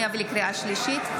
לקריאה שנייה ולקריאה שלישית,